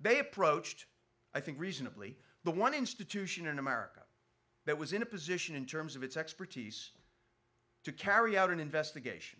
they approached i think reasonably the one institution in america that was in a position in terms of its expertise to carry out an investigation